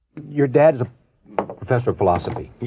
your dad professor of philosophy. yeah.